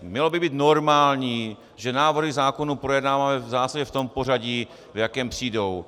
Mělo by být normální, že návrhy zákonů projednáváme zásadně v pořadí, v jakém přijdou.